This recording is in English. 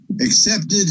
accepted